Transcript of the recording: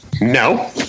No